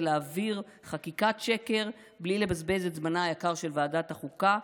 להעביר חקיקת שקר בלי לבזבז את זמנה היקר של ועדת החוקה,